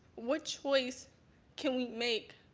what choice can we make?